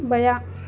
بیاں